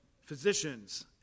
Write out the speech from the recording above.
physicians